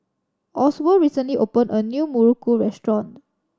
Oswald recently opened a new muruku restaurant